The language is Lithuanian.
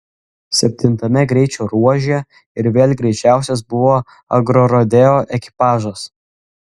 septintame greičio ruože ir vėl greičiausias buvo agrorodeo ekipažas